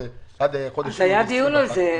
--- היה דיון על זה.